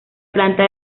planta